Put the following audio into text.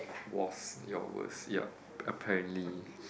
was your worst ya apparently